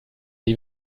die